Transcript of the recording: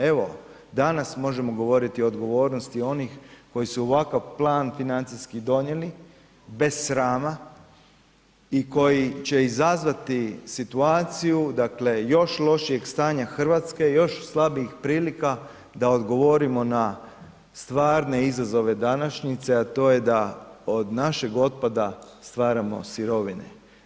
Evo, danas možemo govoriti o odgovornosti onih koji su ovakav plan financijski donijeli, bez srama i koji će izazvati situaciju, dakle još lošijeg stanja Hrvatska, još slabijih prilika da odgovorima na stvarne izazove današnjice, a to je da od našeg otpada stvaramo sirovine.